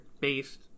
based